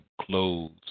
clothes